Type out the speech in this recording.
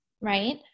right